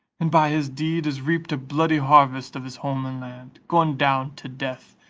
and by his deed is reaped a bloody harvest of his home and land gone down to death,